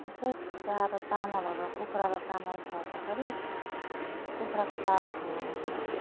यसो चारो चामल अब कुखुरालाई चामल छर्दाखेरि कुखुराको चारो खान आउँछ